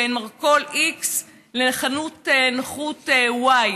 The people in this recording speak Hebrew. בין מרכול x לחנות נוחות y.